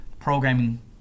programming